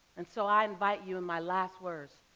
and so i invite you in my last words,